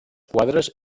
quadres